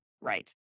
right